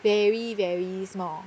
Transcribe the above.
very very small